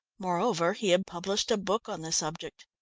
moreover, he had published a book on the subject.